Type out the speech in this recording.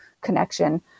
connection